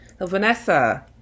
Vanessa